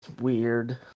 Weird